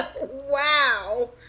Wow